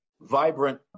vibrant